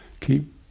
keep